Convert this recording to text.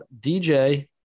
DJ